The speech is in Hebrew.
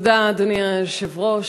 אדוני היושב-ראש,